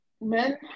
men